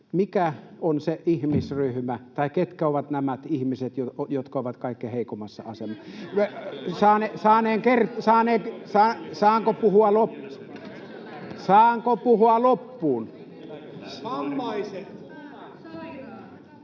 mikä on se ihmisryhmä tai ketkä ovat nämä ihmiset, jotka ovat kaikkein heikoimmassa asemassa. — Saanko puhua loppuun?